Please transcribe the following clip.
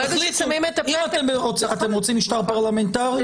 אתם רוצים משטר פרלמנטרי?